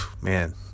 man